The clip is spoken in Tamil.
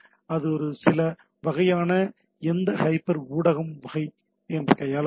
அது ஒரு சில வகையான எந்த ஹைப்பர் ஊடகம் வகை கையாள முடியும்